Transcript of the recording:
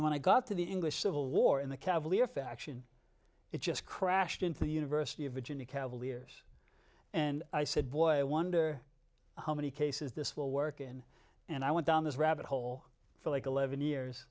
and when i got to the english civil war in the cavalier faction it just crashed into the university of virginia cavaliers and i said boy i wonder how many cases this will work in and i went down this rabbit hole for like eleven